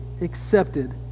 accepted